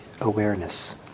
awareness